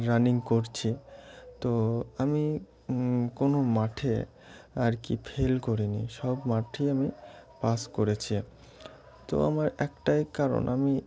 running করছি তো আমি কোনো মাঠে আর কি ফেল করিনি সব মাঠেই আমি পাস করেছি তো আমার একটাই কারণ আমি